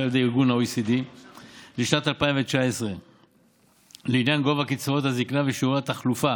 על ידי ה-OECD לשנת 2019 לעניין גובה קצבאות הזקנה ושיעורי התחלופה